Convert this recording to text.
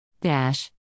Dash